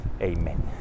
Amen